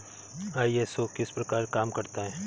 ISO किस प्रकार काम करता है